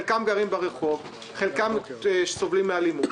חלקם גרים ברחוב, חלקם סובלים מאלימות.